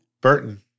Burton